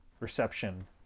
Reception